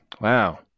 Wow